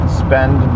spend